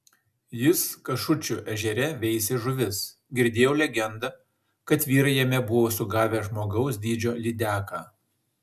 jis kašučių ežere veisė žuvis girdėjau legendą kad vyrai jame buvo sugavę žmogaus dydžio lydeką